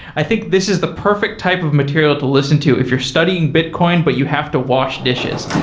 i think this is the perfect type of material to listen to if you're studying bitcoin but you have to wash dishes.